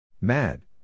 Mad